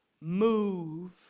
move